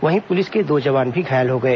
वहीं पुलिस के दो जवान भी घायल हो गए